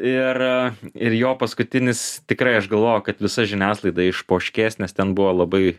ir ir jo paskutinis tikrai aš galvojau kad visa žiniasklaida išpoškės nes ten buvo labai